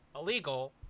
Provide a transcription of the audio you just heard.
illegal